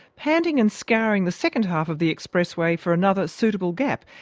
panting and scouring the second half of the expressway for another suitable gap.